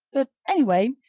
but, anyway,